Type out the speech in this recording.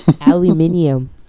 Aluminium